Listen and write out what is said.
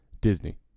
Disney